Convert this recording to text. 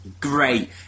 great